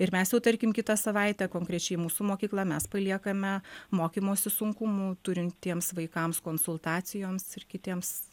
ir mes jau tarkim kitą savaitę konkrečiai mūsų mokykla mes paliekame mokymosi sunkumų turintiems vaikams konsultacijoms ir kitiems